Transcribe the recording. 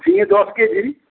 ঝিঙে দশ কেজি